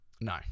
No